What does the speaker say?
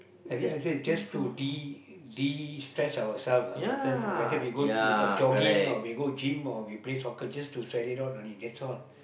that's why I say just to de~ destress our self ah sometimes whether we go we got jogging or we go gym or we play soccer just to sweat it out only that's all